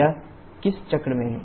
यह किस चक्र में है